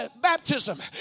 baptism